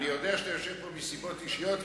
אני יודע שאתה יושב פה מסיבות אישיות,